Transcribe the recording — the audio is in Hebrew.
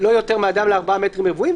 לא יותר מאדם ל-4 מטרים רבועים,